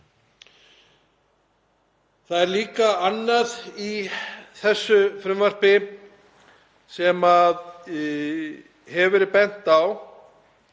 Það er líka annað í þessu frumvarpi sem hefur verið bent á